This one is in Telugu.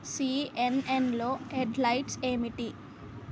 సిఎన్ఎన్లో హెడ్లైన్స్ ఏమిటి